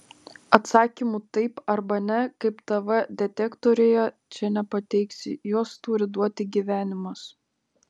atsakymų taip arba ne kaip tv detektoriuje čia nepateiksi juos turi duoti gyvenimas